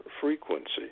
frequency